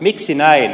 miksi näin